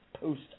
post